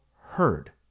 heard